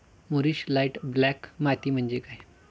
मूरिश light black माती म्हणजे काय?